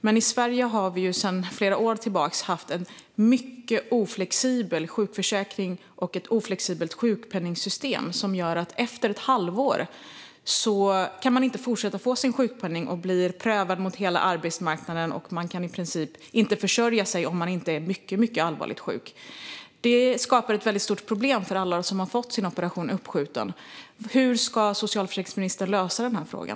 Men i Sverige har vi sedan flera år tillbaka haft en mycket oflexibel sjukförsäkring och ett oflexibelt sjukpenningsystem. Det gör att man efter ett halvår inte kan fortsätta att få sin sjukpenning, och man blir prövad mot hela arbetsmarknaden. Man kan i princip inte försörja sig om man inte är mycket allvarligt sjuk. Det skapar ett väldigt stort problem för alla dem som har fått sin operation uppskjuten. Hur ska socialförsäkringsministern lösa den frågan?